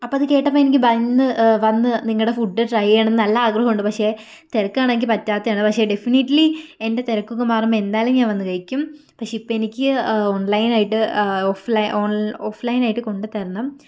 അപ്പം അത് കേട്ടപ്പോൾ എനിക്ക് വന്ന് വന്ന് നിങ്ങടെ ഫുഡ് ട്രൈ ചെയ്യണമെന്ന് നല്ല ആഗ്രഹമുണ്ട് പക്ഷെ തിരക്ക് കാരണം എനിക്ക് പറ്റാത്തെയാണ് പക്ഷെ ഡെഫിനിറ്റിലി എൻ്റെ തിരക്കൊക്കെ മാറുമ്പം എന്തായാലും ഞാൻ വന്ന് കഴിക്കും പക്ഷെ ഇപ്പ എനിക്ക് ഓൺലൈനായിട്ട് ഓഫ്ലൈൻ ഓൺ ഓഫ്ലൈനായിട്ട് കൊണ്ടുത്തരണം